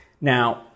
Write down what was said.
Now